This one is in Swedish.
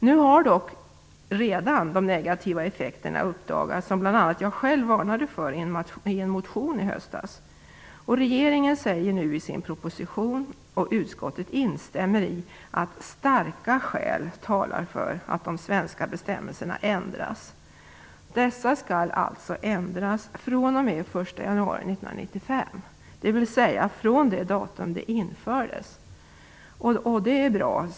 Nu har dock redan de negativa effekterna uppdagats som bl.a. jag själv varnade för i en motion i höstas. Regeringen säger nu i sin proposition och utskottet instämmer i att starka skäl talar för att de svenska bestämmelserna ändras. Dessa regler skall alltså ändras fr.o.m. den 1 januari 1995, dvs. från det datum de infördes. Det är bra.